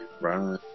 right